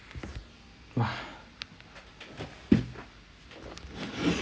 !wah!